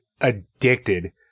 addicted